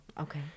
okay